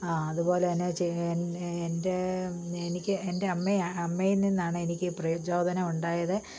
അതുപോലെതന്നെ എൻ്റെ എനിക്ക് എൻ്റെ അമ്മയാണ് അമ്മയിൽനിന്നാണ് എനിക്ക് പ്രചോദനം ഉണ്ടായത്